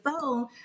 phone